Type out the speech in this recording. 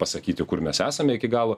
pasakyti kur mes esame iki galo